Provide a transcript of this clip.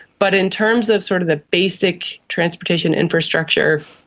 but in terms of sort of the basic transportation infrastructure,